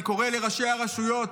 אני קורא לראשי הרשויות